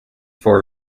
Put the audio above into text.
for